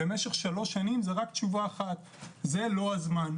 במשך שלוש שנים זה רק תשובה אחת: זה לא הזמן.